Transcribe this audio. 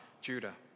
Judah